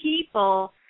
people